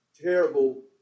terrible